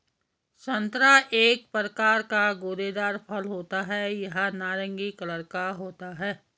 संतरा एक प्रकार का गूदेदार फल होता है यह नारंगी कलर का होता है